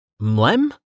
Mlem